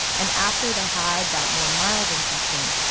and after they had that more mild infection,